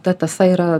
ta tąsa yra